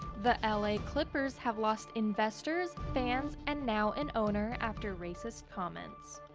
the ah la clippers have lost investors, fans and now an owner after racist comments.